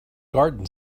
garden